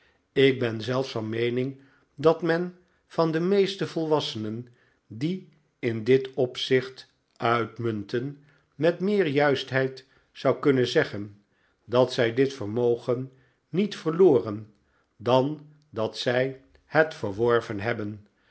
ik ben zelfs van meening dat men van de meeste volwassenen die in dit opzicht uitmunten met meer juistheid zou kunnen zeggen dat zij dit vermogen niet verloren dan dat zij het verworven hebben